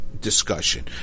discussion